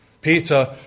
Peter